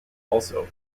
also